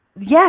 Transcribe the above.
Yes